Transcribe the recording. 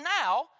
now